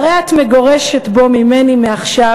והרי את מגורשת בו ממני מעכשיו,